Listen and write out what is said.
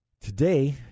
today